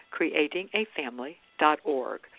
creatingafamily.org